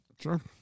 Sure